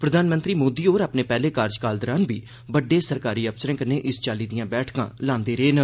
प्रधानमंत्री मोदी होर अपने पैहले कार्जकाल दौरान बी बड्डे सरकारी अफसरें कन्नै इस चाली दियां बैठकां लांदे रेह न